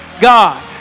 God